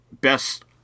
best